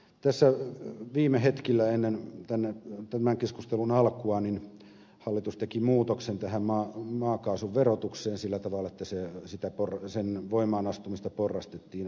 tässä viime hetkillä ennen tämän keskustelun alkua hallitus teki muutoksen tähän maakaasun verotukseen sillä tavalla että sen voimaan astumista porrastettiin ajallisesti